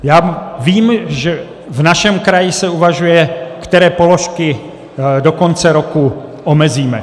Já vím, že v našem kraji se uvažuje, které položky do konce roku omezíme.